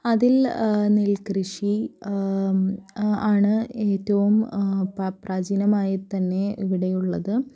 അതിൽ നെൽകൃഷി ആണ് ഏറ്റവും പ്രാചീനമായി തന്നെ ഇവിടെയുള്ളത്